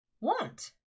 want